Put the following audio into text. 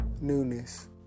newness